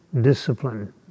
discipline